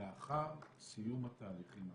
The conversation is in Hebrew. לאחר סיום התהליכים הללו.